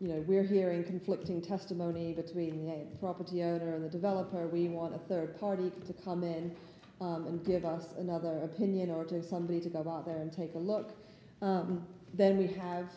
you know we're hearing conflicting testimony between the property owner of the developer we want a third party to come in and give us another opinion or to somebody to go out there and take a look then we have